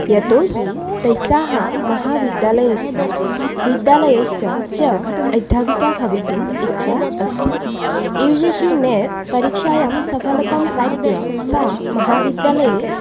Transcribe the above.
यतोहि तस्याः महाविद्यालयस्य विद्यालयस्य च अध्यापिका भवितुम् इच्छा अस्ति यू जी शी नेत् परीक्षायां सफलतां प्राप्य सा महाविद्यालये